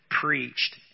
preached